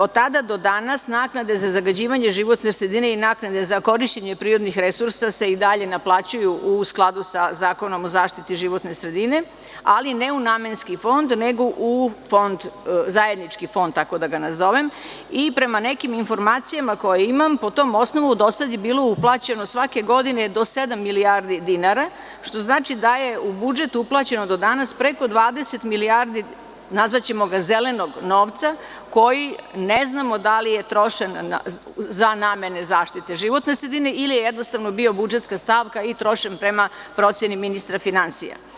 Od tada do danas, naknade za zagađivanje životne sredine i naknade za korišćenje prirodnih resursa se i dalje naplaćuju u skladu sa Zakonom o zaštiti životne sredine, ali ne u namenski fond, nego u zajednički fond i, tako da ga nazovem, prema nekim informacijama koje imam, po tom osnovu do sada je bilo uplaćeno, svake godine do sedam milijardi dinara, što znači da je u budžet uplaćeno do danas, preko 20 milijardi, nazvaćemo ga, zelenog novca, koji ne znamo da li je trošen za namene zaštite životne sredine ili je jednostavno bio budžetska stavka i trošen prema proceni ministra finansija.